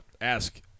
ask